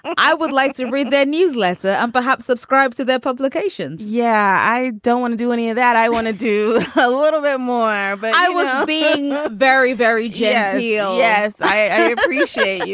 i would like to read their newsletter and perhaps subscribe to their publications yeah i don't want to do any of that i want to do a little bit more. but i was being very very genteel. yeah yeah yes i appreciate you.